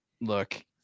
Look